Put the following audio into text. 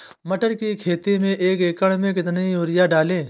मटर की खेती में एक एकड़ में कितनी यूरिया डालें?